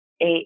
eight